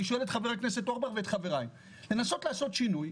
שואל את חבר הכנסת אורבך ואת חבריי לנסות לעשות שינוי?